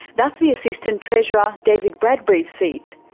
that's the assistant treasurer david bradbury's seat.